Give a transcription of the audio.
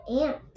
ant